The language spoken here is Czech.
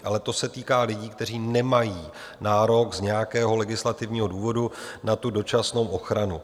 Ale to se týká lidí, kteří nemají nárok z nějakého legislativního důvodu na dočasnou ochranu.